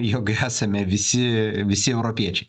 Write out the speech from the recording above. jog esame visi visi europiečiai